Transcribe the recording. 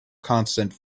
constant